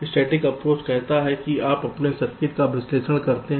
static approach कहता है आप अपने सर्किट का विश्लेषण करते हैं